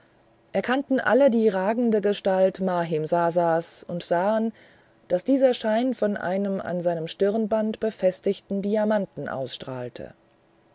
erkannten alle die ragende gestalt mahimsasas und sahen daß dieser schein von einem an seinem stirnband befestigten diamanten ausstrahlte